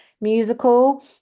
musical